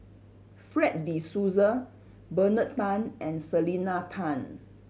Fred De Souza Bernard Tan and Selena Tan